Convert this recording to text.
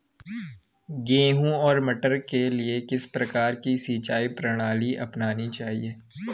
गेहूँ और मटर के लिए किस प्रकार की सिंचाई प्रणाली अपनानी चाहिये?